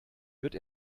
wird